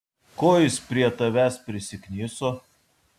ko jis prie tavęs prisikniso